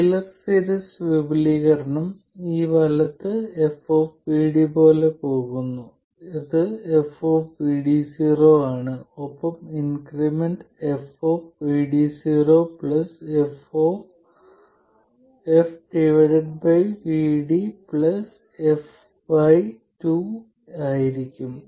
Taylor series വിപുലീകരണം ഈ വലത് f പോലെ പോകുന്നു അത് f ആണ് ഒപ്പം ഇൻക്രിമെന്റ് f f f2 ആയിരിക്കും